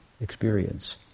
experience